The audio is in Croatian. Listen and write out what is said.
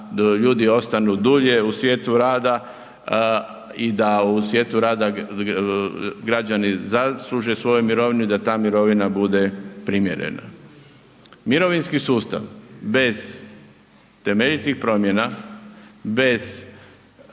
da ljudi ostanu dulje u svijetu rada i da u svijetu rada građani zasluže svoju mirovinu i da ta mirovina bude primjerena. Mirovinski sustav bez temeljitih promjena, bez